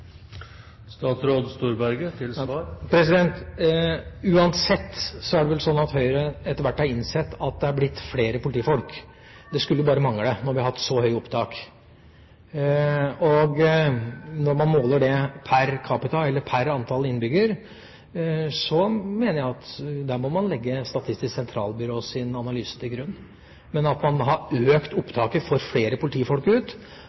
Uansett er det vel sånn at Høyre etter hvert har innsett at det har blitt flere politifolk, det skulle bare mangle når vi har hatt så høye opptak. Når man måler det per capita, eller per antall innbyggere, mener jeg at der må man legge Statistisk sentralbyrås analyse til grunn, men at man har økt opptaket for å få flere politifolk ut.